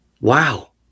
wow